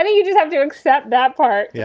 and you just have to accept that part. yeah